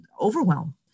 overwhelm